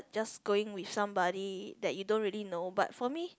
just going with somebody that you don't really know but for me